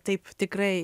taip tikrai